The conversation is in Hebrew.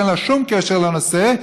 שאין לה שום קשר לנושא,